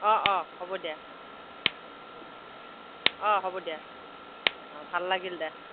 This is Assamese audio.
অঁ অঁ হ'ব দিয়া অঁ হ'ব দিয়া ভাল লাগিল দে